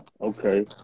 okay